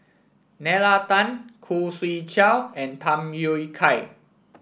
Nalla Tan Khoo Swee Chiow and Tham Yui Kai